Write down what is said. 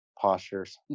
postures